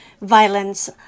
Violence